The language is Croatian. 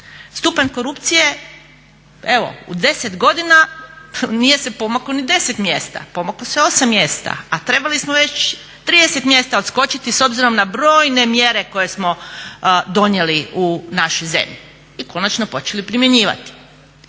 Stupanj korupcije evo u 10 godina nije se pomakao ni 10 mjesta, pomakao se 8 mjesta, a trebali smo već 30 mjesta odskočiti s obzirom na brojne mjere koje smo donijeli u našoj zemlji i konačno počeli primjenjivati.